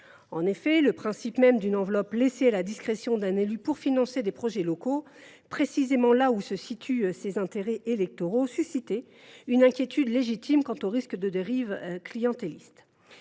En effet, le principe même d’une enveloppe laissée à la discrétion d’un élu pour financer des projets locaux, précisément là où se situent ses intérêts électoraux, a suscité une inquiétude légitime quant au risque de dérive clientéliste.